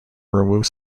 removes